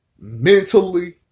mentally